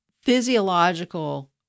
physiological